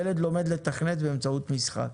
ילד לומד לתכנת באמצעות משחק.